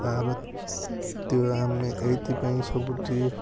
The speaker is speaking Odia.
ଭାରତୀୟ ଆମେ ଏଇଥି ପାଇଁ ସବୁଠି